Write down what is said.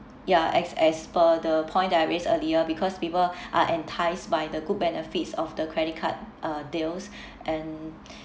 ya as as per the point that I raised earlier because people are entice by the good benefits of the credit card uh deals and